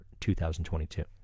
2022